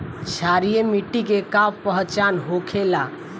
क्षारीय मिट्टी के का पहचान होखेला?